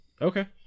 Okay